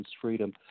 freedom